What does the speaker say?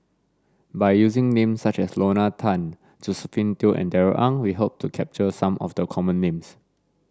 by using names such as Lorna Tan Josephine Teo and Darrell Ang we hope to capture some of the common names